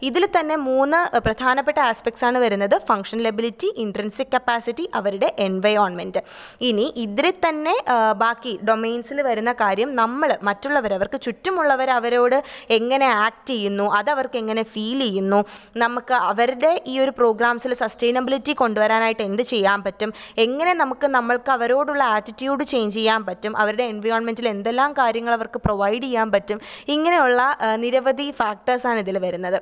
ഇതിൽ തന്നെ മൂന്ന് പ്രധാനപ്പെട്ട ആസ്പെക്റ്റ്സ് ആണ് വരുന്നത് ഫംഗ്ഷണൽ എബിലിറ്റി ഇൻട്രൻസിക് കപ്പാസിറ്റി അവരുടെ എൻവെയോൺമെൻറ്റ് ഇനി ഇതിൽ തന്നെ ബാക്കി ഡൊമയിൻസിൽ വരുന്ന കാര്യം നമ്മൾ മറ്റുള്ളവർ അവർക്ക് ചുറ്റുമുള്ളവർ അവരോട് എങ്ങനെ ആക്ട് ചെയ്യുന്നു അത് അവർക്ക് എങ്ങനെ ഫീൽ ചെയ്യുന്നു നമുക്ക് അവരുടെ ഈ ഒരു പ്രോഗ്രാംസിൽ സസ്റ്റൈനബിലിറ്റി കൊണ്ടുവരാനായിട്ട് എന്ത് ചെയ്യാൻ പറ്റും എങ്ങനെ നമുക്ക് നമ്മൾക്ക് അവരോടുള്ള ആറ്റിറ്റ്യൂഡ് ചേയ്ഞ്ച് ചെയ്യാൻ പറ്റും അവരുടെ എൻവിയോൺമെൻറ്റിൽ എന്തെല്ലാം കാര്യങ്ങൾ അവർക്ക് പ്രൊവൈഡ് ചെയ്യാൻ പറ്റും ഇങ്ങനെയുള്ള നിരവധി ഫാക്ടേസ് ആണ് ഇതിൽ വരുന്നത്